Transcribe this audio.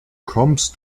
kommst